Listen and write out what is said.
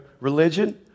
religion